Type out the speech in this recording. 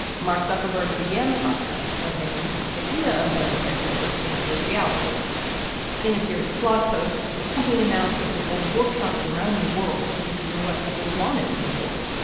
mark zuckerberg began the process of making this idea of an oversight board into a reality in a series of blog posts. the company announced that it would hold workshops around the world to hear what people wanted in the board.